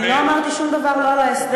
אני לא אמרתי שום דבר לא על ההסדר,